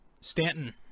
Stanton